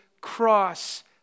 cross